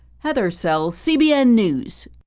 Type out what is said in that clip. heather sells, cbn news.